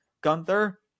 Gunther